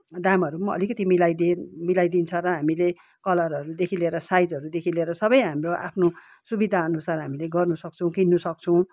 दामहरू पनि अलिकति मिलाइदे मिलाइदिन्छ र हामीले कलरहरूदेखि लिएर साइजहरूदेखि लिएर सबै हाम्रो आफ्नो सुविधा अनुसार हामीले गर्नु सक्छौँ किन्नु सक्छौँ